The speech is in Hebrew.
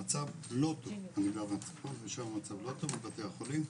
המצב לא טוב בבתי החולים.